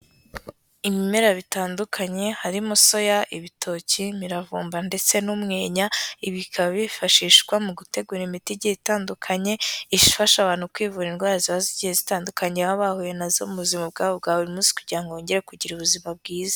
Ibimera bitandukanye harimo soya, ibitoki, imiravumba ndetse n'umwenya, ibi bikaba byifashishwa mu gutegura imiti igiye itandukanye, ifasha abantu kwivura indwara ziba zigiye zitandukanye, baba bahuye nazo mu buzima bwabo bwa buri munsi kugira ngo bongere kugira ubuzima bwiza.